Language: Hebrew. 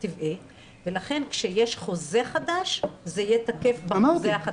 ולכן כשיש חוזה חדש זה יהיה תקף בחוזה החדש.